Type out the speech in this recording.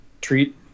treat